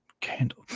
Candle